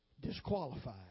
disqualified